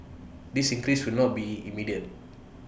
this increase will not be immediate